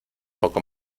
poco